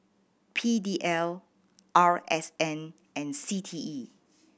P D L R S N and C T E